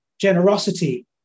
generosity